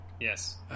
Yes